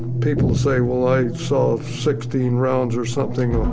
people say, well, i saw sixteen rounds or something.